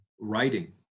Writing